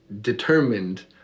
determined